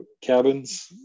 cabins